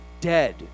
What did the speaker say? dead